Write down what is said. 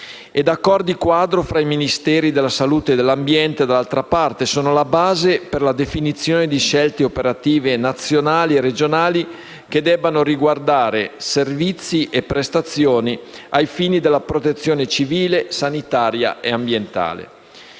accordi quadro tra i Ministeri della salute e dell'ambiente dall'altra parte, sono la base per la definizione di scelte operative nazionali e regionali che devono riguardare servizi e prestazioni ai fini della protezione civile, sanitaria e ambientale.